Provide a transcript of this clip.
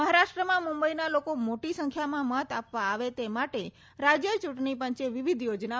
મહારાષ્ટ્રમાં મુંબઈના લોકો મોટી સંખ્યામાં મત આપવા આવે તે માટે રાજ્ય ચૂંટણીપંચે વિવિધ યોજના બનાવી છે